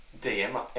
DM